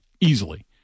easily